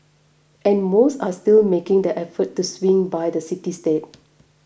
and most are still making the effort to swing by the city state